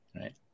right